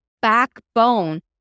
backbone